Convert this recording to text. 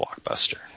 blockbuster